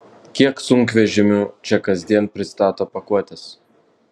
kiek sunkvežimių čia kasdien pristato pakuotes